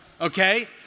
okay